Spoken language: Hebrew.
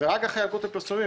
רק אחרי ילקוט הפרסומים,